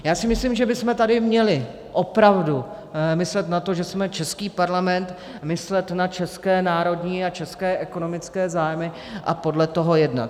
Já si myslím, že bychom tady měli opravdu myslet na to, že jsme český parlament, myslet na české národní a české ekonomické zájmy a podle toho jednat.